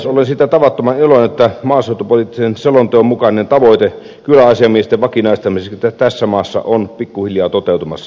olen siitä tavattoman iloinen että maaseutupoliittisen selonteon mukainen tavoite kyläasiamiesten vakinaistamiseksi tässä maassa on pikkuhiljaa toteutumassa